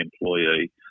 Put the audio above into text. employee